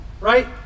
right